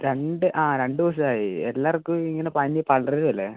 രണ്ട് ആ രണ്ട് ദിവസമായി എല്ലാവർക്കും ഇങ്ങനെ പനി പടരുവല്ലേ